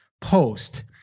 post